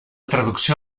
traducció